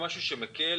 משהו שמקל,